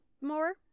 more